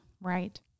Right